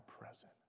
present